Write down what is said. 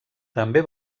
també